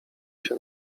się